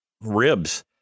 ribs